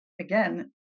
again